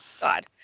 God